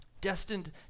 Destined